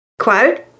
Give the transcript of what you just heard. quote